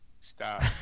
stop